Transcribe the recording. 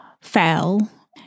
fell